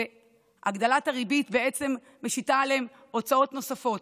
שהגדלת הריבית בעצם משיתה עליהם הוצאות נוספות,